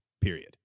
period